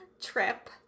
trip